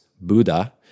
Buddha